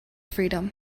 freedom